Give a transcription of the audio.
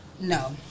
No